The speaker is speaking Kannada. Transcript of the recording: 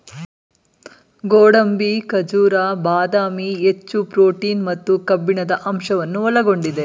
ಗೋಡಂಬಿ, ಖಜೂರ, ಬಾದಾಮಿ, ಹೆಚ್ಚು ಪ್ರೋಟೀನ್ ಮತ್ತು ಕಬ್ಬಿಣದ ಅಂಶವನ್ನು ಒಳಗೊಂಡಿದೆ